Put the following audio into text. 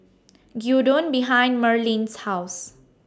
Gyudon behind Merlene's House